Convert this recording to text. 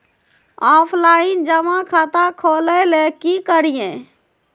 Offline जमा खाता खोले ले की करिए?